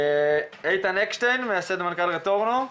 איתן אקשטיין, מייסד מרכז רטורנו.